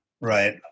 Right